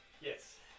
Yes